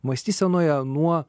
mąstysenoje nuo